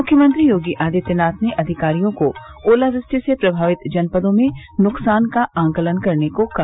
मुख्यमंत्री योगी आदित्यनाथ ने अधिकारियों को ओलावृष्टि से प्रभावित जनपदों में नुकसान का आकलन करने को कहा